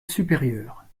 supérieure